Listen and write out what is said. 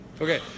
Okay